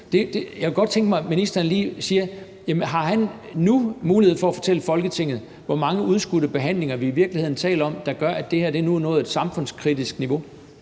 jeg godt kunne tænke mig, at ministeren lige sagde, om han nu har mulighed for at fortælle Folketinget, hvor mange udskudte behandlinger vi i virkeligheden taler om, der gør, at det her nu er nået et samfundskritisk niveau.